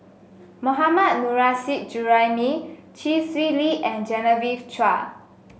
Mohammad Nurrasyid Juraimi Chee Swee Lee and Genevieve Chua